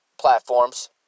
platforms